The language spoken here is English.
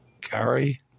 carry